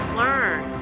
learn